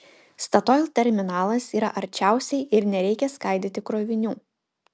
statoil terminalas yra arčiausiai ir nereikia skaidyti krovinių